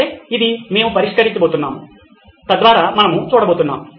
సరే ఇది మేము పరిష్కరించబోతున్నాం తద్వారా మనం చూడబోతున్నాము